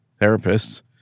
therapists